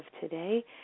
today